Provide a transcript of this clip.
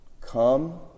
Come